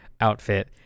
outfit